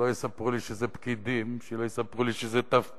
שלא יספרו לי שזה פקידים, שלא יספרו לי שזה ת"פים,